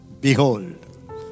behold